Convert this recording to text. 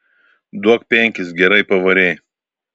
duok penkis gerai pavarei